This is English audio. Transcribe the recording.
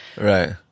Right